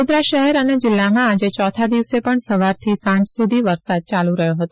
વડોદરા શહેર અને જિલ્લામાં આજે ચોથા દિવસે પણ સવારથી સાંજ સુધી વરસાદ ચાલુ રહ્યો હતો